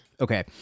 Okay